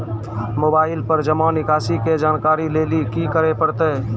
Mobile पर जमा निकासी के जानकरी लेली की करे परतै?